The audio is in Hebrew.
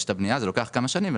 יש את הבנייה וזה לוקח כמה שנים.